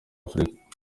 afurika